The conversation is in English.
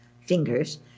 fingers